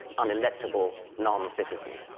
unelectable non-citizen.